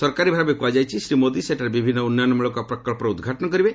ସରକାରୀ ଭାବେ କୁହାଯାଇଛି ଶ୍ରୀ ମୋଦି ସେଠାରେ ବିଭିନ୍ନ ଉନ୍ନୟନ ମୂଳକ ପ୍ରକଳ୍ପର ଉଦ୍ଘାଟନ କରିବେ